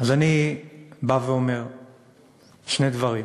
אז אני אומר שני דברים: